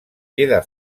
queda